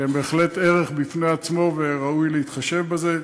שהם בהחלט ערך בפני עצמו, וראוי להתחשב בזה.